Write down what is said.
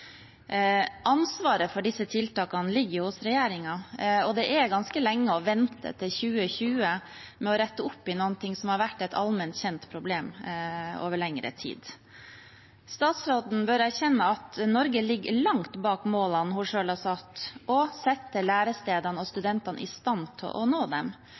Ansvaret for disse tiltakene ligger hos regjeringen, og det er ganske lenge å vente til 2020 med å rette opp i noe som har vært et allment kjent problem over lengre tid. Statsråden bør erkjenne at Norge ligger langt bak målene hun selv har satt, og å sette lærestedene og studentene i stand til å nå dem.